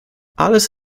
alles